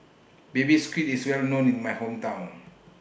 Baby Squid IS Well known in My Hometown